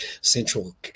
Central